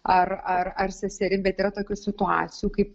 ar ar ar seserim bet yra tokių situacijų kaip